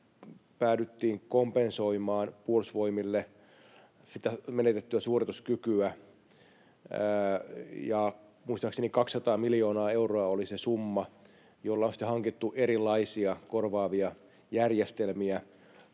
päädyttiin kompensoimaan Puolustusvoimille sitä menetettyä suorituskykyä, ja muistaakseni 200 miljoonaa euroa oli se summa, jolla on sitten hankittu erilaisia korvaavia järjestelmiä,